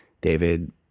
David